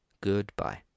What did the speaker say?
goodbye